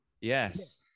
Yes